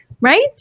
right